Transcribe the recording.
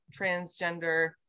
transgender